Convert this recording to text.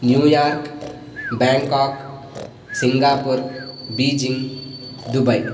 New York Bangkok Singapore Beijing Dubai